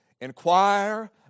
inquire